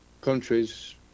countries